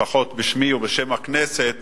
לפחות בשמי ובשם הכנסת